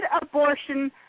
abortion